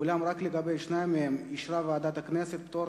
אולם רק לגבי שתיים מהן אישרה ועדת הכנסת פטור